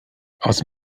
aus